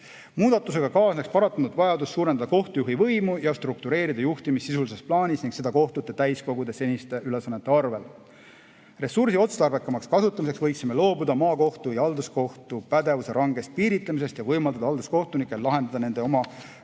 Muudatusega kaasneks paratamatult vajadus suurendada kohtujuhi võimu ja struktureerida juhtimist sisulises plaanis ning seda kohtute [üld]kogude seniste ülesannete arvel. Ressursi otstarbekamaks kasutamiseks võiksime loobuda maakohtu ja halduskohtu pädevuse rangest piiritlemisest ja võimaldada halduskohtunikel lahendada nende oma